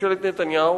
ממשלת נתניהו,